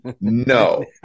no